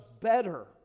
better